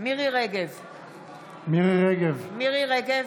מירי מרים רגב,